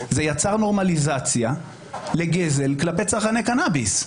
זה יצר נורמליזציה לגזל כלפי צרכני קנאביס.